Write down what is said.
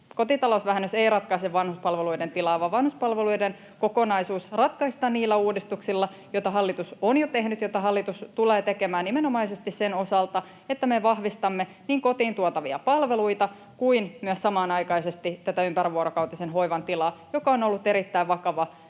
Kotitalousvähennys ei ratkaise vanhuspalveluiden tilaa, vaan vanhuspalveluiden kokonaisuus ratkaistaan niillä uudistuksilla, joita hallitus on jo tehnyt, joita hallitus tulee tekemään nimenomaisesti sen osalta, että me vahvistamme niin kotiin tuotavia palveluita kuin samanaikaisesti tätä ympärivuorokautisen hoivan tilaa, joka on ollut erittäin vakavassa